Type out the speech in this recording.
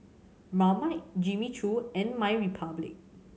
Marmite Jimmy Choo and MyRepublic